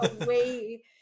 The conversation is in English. away